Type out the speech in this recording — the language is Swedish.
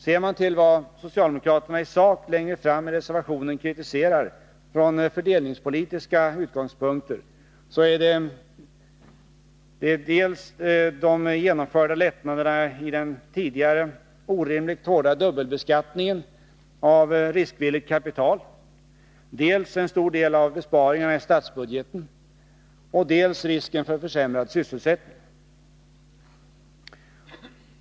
Ser man till vad socialdemokraterna i sak längre fram i reservationen kritiserar från fördelningspolitiska utgångspunkter, finner man att det är dels de genomförda lättnaderna i den tidigare orimligt hårda dubbelbeskattningen av riskvilligt kapital, dels en stor del av besparingarna i statsbudgeten, dels risken för försämrad sysselsättning.